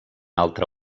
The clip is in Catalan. altra